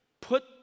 put